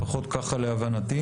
לפחות כך להבנתי.